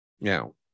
Now